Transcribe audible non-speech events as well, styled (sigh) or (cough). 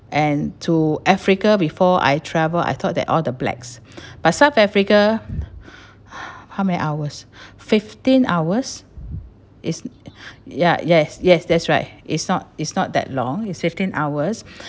and to africa before I travel I thought that all the blacks but south africa (breath) how many hours fifteen hours is ya yes yes that's right it's not it's not that long it's fifteen hours